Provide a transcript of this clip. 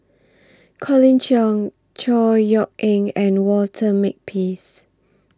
Colin Cheong Chor Yeok Eng and Walter Makepeace